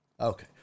Okay